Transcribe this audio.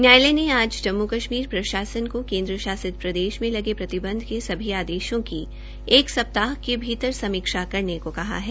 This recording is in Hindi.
न्यायालय ने आज जम्मू कश्मीर प्रशासन को केन्द्र शासित प्रदेश में लगे प्रतिबंध के सभी आदेशों की एक सप्ताह के भीतर समीक्षा करने को कहा है